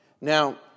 Now